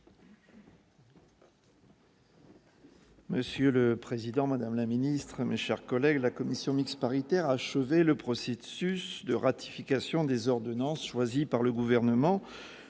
Monsieur le président, madame la ministre, mes chers collègues, la commission mixte paritaire a achevé le processus de ratification des ordonnances choisi par le Gouvernement.